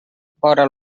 vora